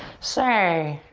say,